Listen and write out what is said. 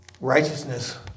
Righteousness